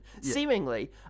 Seemingly